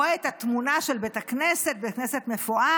רואה את התמונה של בית הכנסת, בית כנסת מפואר,